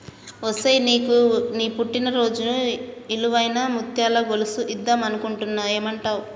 ఒసేయ్ నీకు నీ పుట్టిన రోజున ఇలువైన ముత్యాల గొలుసు ఇద్దం అనుకుంటున్న ఏమంటావ్